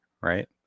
right